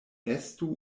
estu